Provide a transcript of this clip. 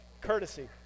Courtesy